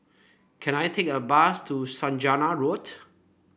can I take a bus to Saujana Road